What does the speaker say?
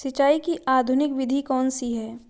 सिंचाई की आधुनिक विधि कौनसी हैं?